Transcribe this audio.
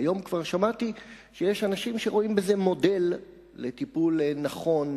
היום כבר שמעתי שיש אנשים שרואים בזה מודל לטיפול נכון